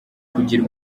kugira